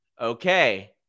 Okay